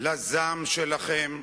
לזעם שלכם,